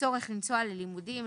וצורך5,385.82 לנסוע ללימודים,